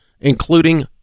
including